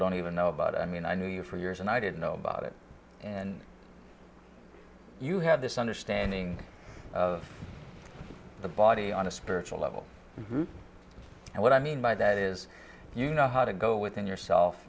don't even know about i mean i knew you for years and i didn't know about it you have this understanding of the body on a spiritual level and what i mean by that is you know how to go within yourself